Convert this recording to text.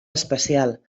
especial